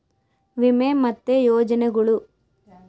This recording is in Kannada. ವಿಮೆ ಮತ್ತೆ ಯೋಜನೆಗುಳು